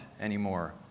anymore